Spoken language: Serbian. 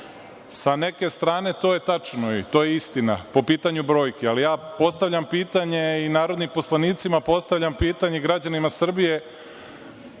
Sa neke strane, to je tačno i to je istina, po pitanju brojki. Ali, ja postavljam pitanje i narodnim poslanicima i građanima Srbije